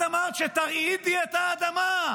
את אמרת שתרעידי את אדמה,